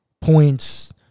points